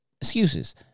excuses